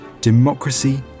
Democracy